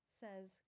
says